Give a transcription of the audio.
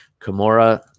Kimura